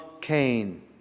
Cain